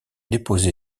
déposée